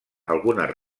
algunes